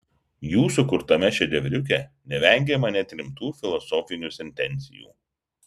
jų sukurtame šedevriuke nevengiama net rimtų filosofinių sentencijų